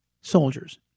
soldiers